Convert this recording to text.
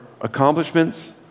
accomplishments